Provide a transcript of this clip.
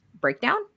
breakdown